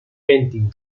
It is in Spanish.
quentin